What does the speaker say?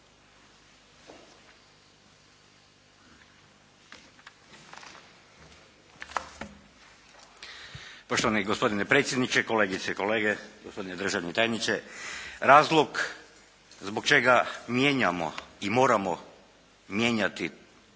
Poštovani gospodine predsjedniče, kolegice i kolege, gospodine državni tajniče. Razlog zbog čega mijenjamo i moramo mijenjati